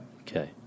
Okay